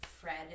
Fred